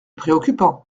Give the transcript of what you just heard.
préoccupant